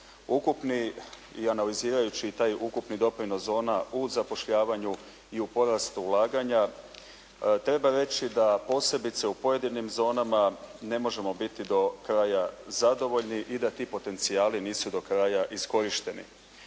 ukupni i analizirajući taj ukupni doprinos zona u zapošljavanju i u porastu ulaganja treba reći da posebice u pojedinim zonama ne možemo biti do kraja zadovoljni i da ti potencijali nisu do kraja iskorišteni.